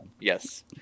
Yes